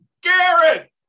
Garrett